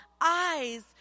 eyes